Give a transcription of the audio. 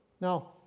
Now